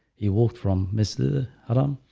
he walked from. mr. haram